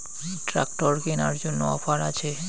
Tractor কেনার জন্য offer আছে?